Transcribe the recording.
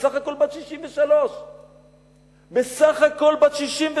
בסך הכול בת 63. בסך הכול בת 63,